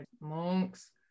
monks